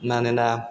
मानोना